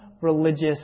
religious